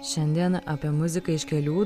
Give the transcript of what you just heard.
šiandien apie muziką iš kelių